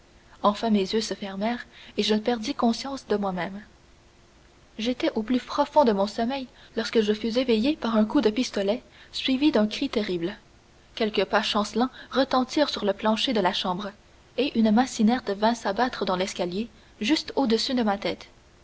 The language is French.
enfin mes yeux se fermèrent et je perdis conscience de moi-même j'étais au plus profond de mon sommeil lorsque je fus réveillé par un coup de pistolet suivi d'un cri terrible quelques pas chancelants retentirent sur le plancher de la chambre et une masse inerte vint s'abattre dans l'escalier juste au-dessus de ma tête